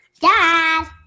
dad